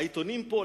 העיתונים פה,